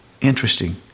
interesting